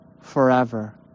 forever